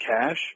cash